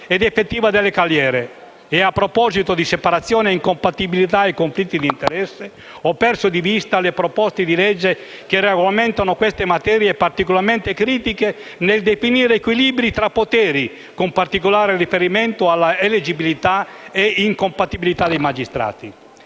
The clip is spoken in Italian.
ed effettiva delle carriere. A proposito di separazione, incompatibilità e conflitti di interesse, ho perso di vista le proposte di legge che regolamentano queste materie particolarmente critiche nel definire gli equilibri tra i poteri, con particolare riferimento alla eleggibilità e incompatibilità dei magistrati.